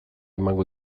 emango